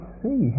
see